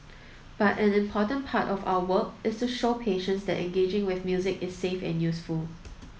but an important part of our work is to show patients that engaging with music is safe and useful